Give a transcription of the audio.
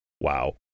Wow